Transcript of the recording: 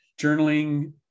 Journaling